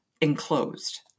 enclosed